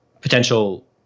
potential